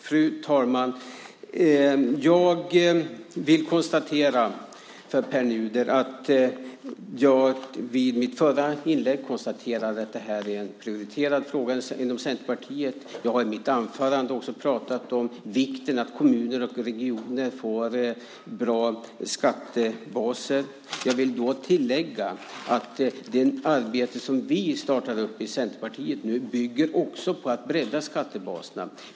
Fru talman! Jag vill säga till Pär Nuder att jag i mitt förra inlägg konstaterade att det här är en prioriterad fråga inom Centerpartiet. Jag har i mitt anförande också pratat om vikten av att kommuner och regioner får bra skattebaser. Jag vill tillägga att det arbete som vi i Centerpartiet nu startar också bygger på att bredda skattebaserna.